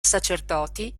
sacerdoti